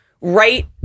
right